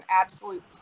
absolute